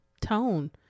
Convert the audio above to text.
Tone